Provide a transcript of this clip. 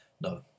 No